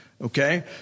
Okay